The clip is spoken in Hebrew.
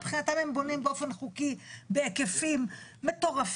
מבחינתם הם בונים באופן לא חוקי בהיקפים מטורפים,